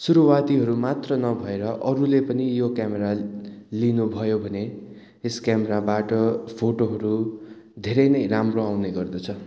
सुरुवातीहरू मात्र नभएर अरूले पनि यो क्यामेरा लिनुभयो भने यस क्यामेराबाट फोटोहरू धेरै नै राम्रो आउने गर्दछ